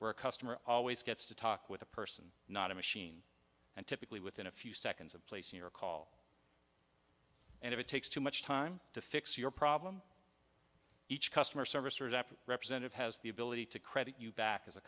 where a customer always gets to talk with a person not a machine and typically within a few seconds of placing your call and if it takes too much time to fix your problem each customer service or after representative has the ability to credit you back as a